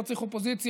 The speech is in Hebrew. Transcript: לא צריך אופוזיציה,